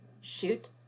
shoot